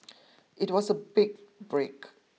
it was a big break